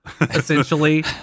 essentially